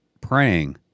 praying